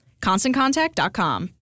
ConstantContact.com